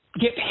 get